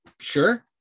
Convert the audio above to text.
sure